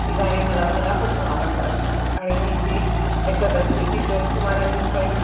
ती गाणी मला मनापासून आवडतात आणि मी ती ऐकत असते किशोरकुमारांनी पण